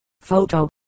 photo